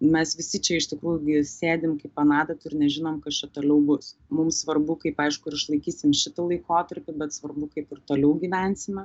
mes visi čia iš tikrųjų gi sėdim kaip ant adatų ir nežinom kas čia toliau bus mums svarbu kaip aišku ar išlaikysim šitą laikotarpį bet svarbu kaip ir toliau gyvensime